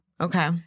Okay